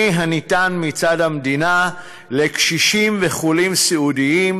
הניתן מצד המדינה לקשישים וחולים סיעודיים,